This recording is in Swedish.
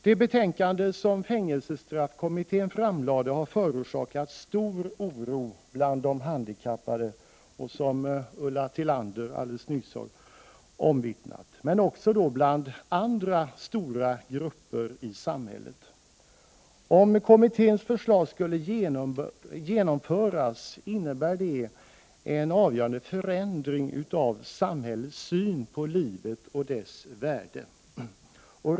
Det betänkande som fängelsestraffkommittén framlade har förorsakat stor oro bland de handikappade, som Ulla Tillander alldeles nyss har omvittnat, men också inom andra stora grupper i samhället. Om kommitténs Prot. 1988/89:42 förslag skulle genomföras innebär det en avgörande förändring av samhällets 9 december 1988 syn på livet och dess värde.